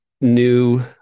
new